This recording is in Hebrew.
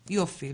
יופי,